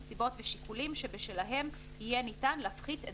נסיבות ושיקולים שבשלהם יהיה ניתן להפחית את